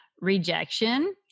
rejection